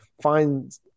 find